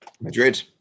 Madrid